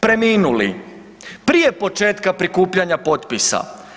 Preminuli prije početka prikupljanja potpisa.